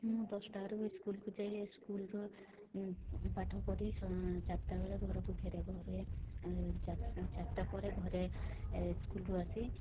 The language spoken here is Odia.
ମୁଁ ଦଶଟାରୁ ସ୍କୁଲ୍କୁ ଯାଏ ସ୍କୁଲ୍ର ପାଠ ପଢ଼ି ଚାରିଟା ବେଳେ ଘରକୁ ଫେରେ ଘରେ ଚାରିଟା ପରେ ଘରେ ସ୍କୁଲ୍ରୁ ଆସି